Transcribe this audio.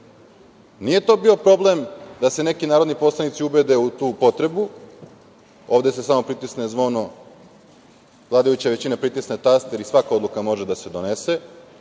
to bio problem da se neki narodni poslanici ubede u tu potrebu. Ovde se samo pritisne zvono, vladajuća većina samo pritisne taster i svaka odluka može da se donese.